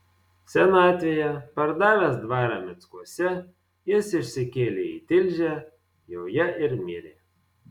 senatvėje pardavęs dvarą mickuose jis išsikėlė į tilžę joje ir mirė